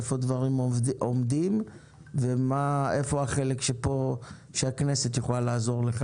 איפה הדברים עומדים ואיפה החלק שהכנסת יכולה לעזור לך,